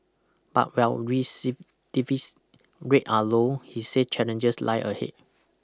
but while recidivism rates are low he said challenges lie ahead